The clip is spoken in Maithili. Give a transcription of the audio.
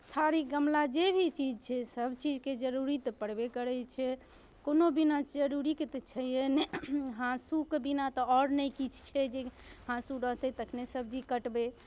थारी गमला जे भी चीज छै सभचीजके जरूरी तऽ पड़बे करै छै कोनो बिना जरूरीके तऽ छैहे नहि हाँसूके बिना तऽ आओर नहि किछु छै जे हाँसू रहतै तखने सब्जी कटबै